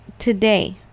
today